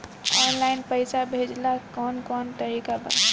Online पइसा भेजेला कवन कवन तरीका बा?